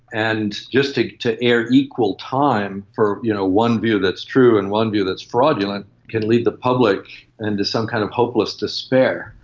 and just to to air equal time for you know one view that's true and one view that's fraudulent can lead to the public into some kind of hopeless despair.